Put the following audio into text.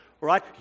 right